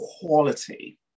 quality